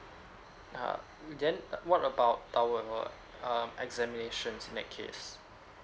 uh then what about our um examinations in that case